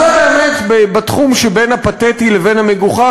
אז זה באמת בתחום שבין הפתטי לבין המגוחך,